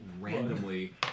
randomly